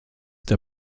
der